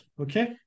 Okay